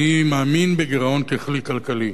אני מאמין בגירעון ככלי כלכלי.